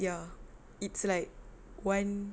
ya it's like one